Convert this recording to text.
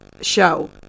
show